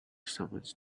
summons